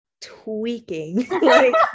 tweaking